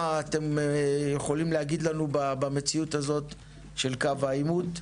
מה אתם יכולים להגיד לנו במציאות הזאת של קו העימות?